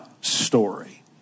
story